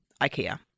Ikea